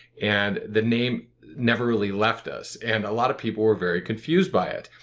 and the name never really left us and a lot of people were very confused by it.